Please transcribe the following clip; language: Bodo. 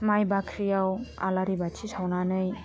माइ बाख्रियाव आलारि बाथि सावनानै